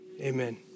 amen